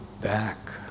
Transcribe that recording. back